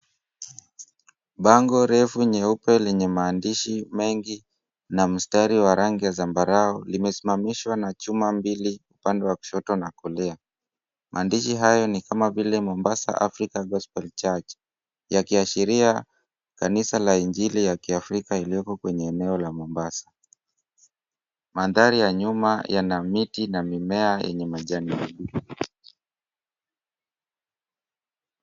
Bango refu nyeupe yenye maandishi mengi na mstari wa rangi ya zambarau limesimamishwa na chuma mbili upande wa kushoto na kulia. Maandishi hayo ni kama vile Mombasa Africa gospel church. Yakiashiria kanisa la injili ya Kiafrika iliyoko kwenye eneo la Mombasa. Mandhari ya nyuma yana miti na mimea yenye majani mabichi.